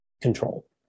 control